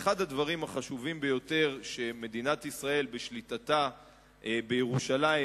אחד הדברים החשובים ביותר שמדינת ישראל בשליטתה בירושלים,